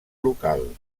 local